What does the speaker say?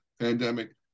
pandemic